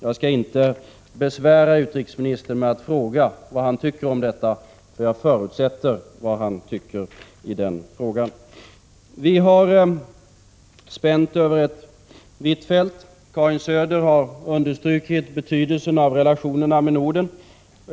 Jag skall inte besvära utrikesministern med att fråga vad han tycker om detta. Jag förutsätter att hans åsikt är given i den frågan. Vi har spänt över ett vitt fält. Karin Söder har understrukit betydelsen av relationerna med Norden.